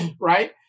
right